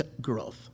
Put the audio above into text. growth